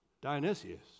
Dionysius